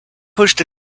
pushed